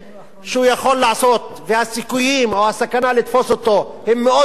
שהוא יכול לעשות והסיכויים או הסכנה שיתפסו אותו הם מאוד קלושים,